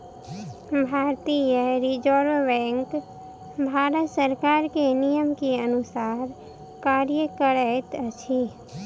भारतीय reserve bank Bharat सरकार के नियम के अनुसार कार्य करैत अछि